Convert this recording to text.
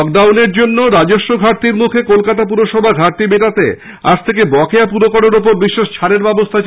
লকডাউনের জন্য রাজস্ব ঘাটতির মুখে কলকাতা পুরসভা ঘাটতি মেটাতে আজ থেকে বকেয়া পুরকরের উপর বিশেষ ছাড়ের ব্যবস্থা চালু করছে